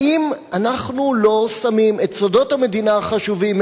האם אנחנו לא שמים את סודות המדינה החשובים,